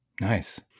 Nice